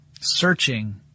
searching